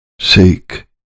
Seek